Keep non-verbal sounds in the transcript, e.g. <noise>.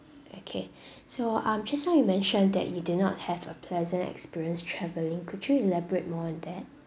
okay <breath> so um just now you mentioned that you did not have a pleasant experience travelling could you elaborate more on that